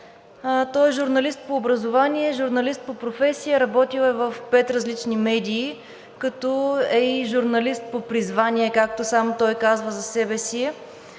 Той е журналист по образование, журналист по професия. Работил е в пет различни медии, като е журналист и по призвание, както сам той казва за себе си.